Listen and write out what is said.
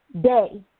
day